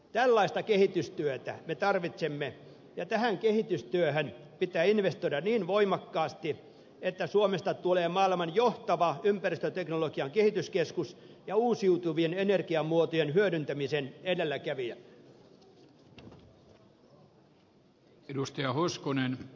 tällaista kehitystyötä me tarvitsemme ja tähän kehitystyöhön pitää investoida niin voimakkaasti että suomesta tulee maailman johtava ympäristöteknologian kehityskeskus ja uusiutuvien energiamuotojen hyödyntämisen edelläkävijä